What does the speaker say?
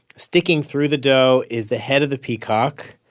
sticking through the dough is the head of the peacock,